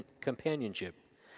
companionship